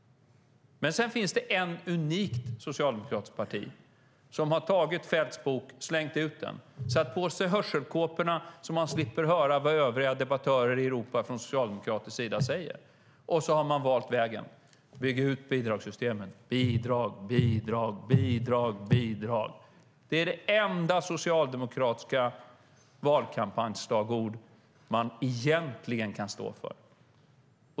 Men sedan finns det ett unikt socialdemokratiskt parti som har tagit Feldts bok, slängt ut den, satt på sig hörselkåporna - så att de slipper höra vad övriga socialdemokratiska debattörer i Europa säger - och valt vägen: Bygg ut bidragssystemen. Bidrag, bidrag, bidrag, bidrag! Det är det enda socialdemokratiska valkampanjsslagord ni egentligen kan stå för.